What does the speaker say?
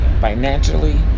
financially